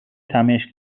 تمشک